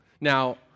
Now